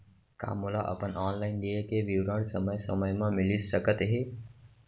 का मोला अपन ऑनलाइन देय के विवरण समय समय म मिलिस सकत हे?